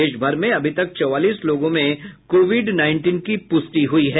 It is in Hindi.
देशभर में अभी तक चौवालीस लोगों में कोविड नाईनटीन की पुष्टि हुई है